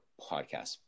podcast